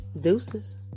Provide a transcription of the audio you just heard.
Deuces